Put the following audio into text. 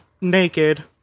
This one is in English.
naked